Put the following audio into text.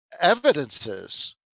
evidences